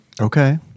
okay